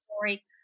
story